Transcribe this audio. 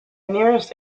nearest